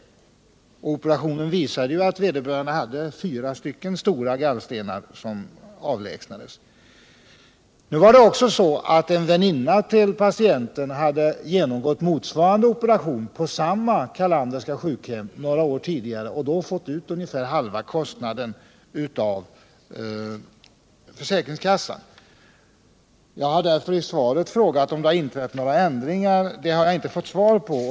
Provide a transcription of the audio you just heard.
Vid operationen avlägsnades fyra stora gallstenar. Nu var det också så att en väninna till patienten hade genomgått motsvarande operation på Carlanderska sjukhemmet tidigare och då fått ut ungefär halva kostnaden av försäkringskassan. Jag har därför frågat om det har inträtt några ändringar. Det har jag inte fått svar på.